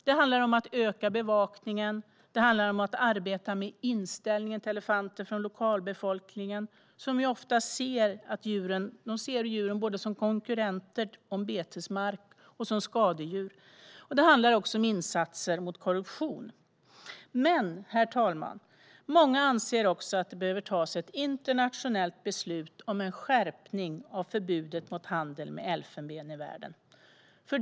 Det handlar om att öka bevakningen och att arbeta med inställningen till elefanten från lokalbefolkningen, som ofta ser djuren både som konkurrenter om betesmark och som skadedjur. Det handlar också om insatser mot korruption. Herr talman! Många anser dock att det också måste fattas ett internationellt beslut om en skärpning av förbudet mot handel med elfenben i världen.